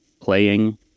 playing